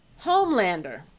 Homelander